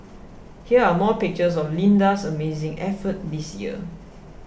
here are more pictures of Linda's amazing effort this year